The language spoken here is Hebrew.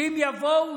שאם יבואו,